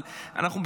אבל אנחנו,